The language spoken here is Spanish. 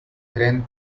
tren